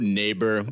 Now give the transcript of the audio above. neighbor